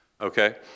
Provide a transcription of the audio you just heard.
okay